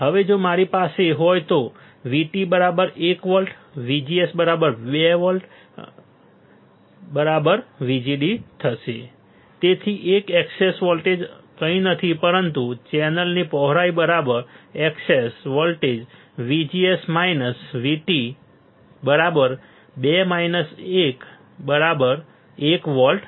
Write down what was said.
હવે જો મારી પાસે હોય તો VT 1 volt VGS 2 volt VGD તેથી એક એકસેસ વોલ્ટેજ કંઈ નથી પરંતુ ચેનલની પહોળાઈ excess voltage VGS VT 2 - 1 1 volt